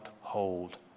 hold